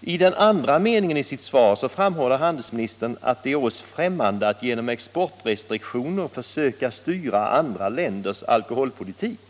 I den andra meningen i sitt svar framhåller handelsministern att det är oss främmande att genom exportrestriktioner försöka styra andra länders alkoholpolitik.